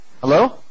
Hello